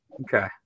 Okay